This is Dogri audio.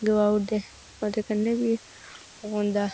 गुआऊ ड़ दे ओह्दे कन्नै बी ओह् होंदा